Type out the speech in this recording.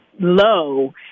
low